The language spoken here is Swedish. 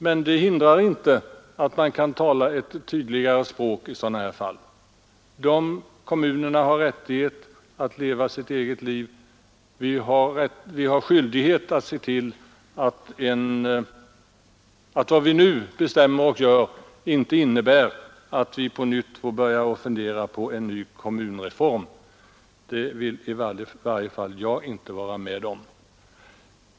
Men det hindrar inte att man bör kunna tala ett tydligare språk i sådana här sammanhang. Dessa kommuner har rättighet att leva sitt eget liv, och vi har skyldighet att se till att vad vi nu beslutar inte innebär att vi på nytt måste fundera på en kommunreform. Det vill i varje fall inte jag vara med om.